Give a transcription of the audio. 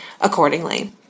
accordingly